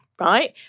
right